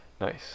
Nice